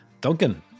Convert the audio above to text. Duncan